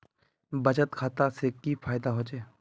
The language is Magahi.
बचत खाता से की फायदा होचे?